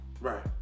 Right